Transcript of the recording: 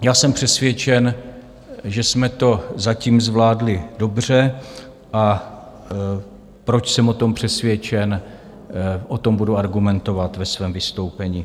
Já jsem přesvědčen, že jsme to zatím zvládli dobře, a proč jsem o tom přesvědčen, o tom budu argumentovat ve svém vystoupení.